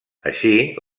així